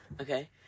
Okay